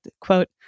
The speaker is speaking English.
quote